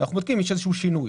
אנחנו בודקים אם יש איזשהו שינוי.